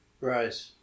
Right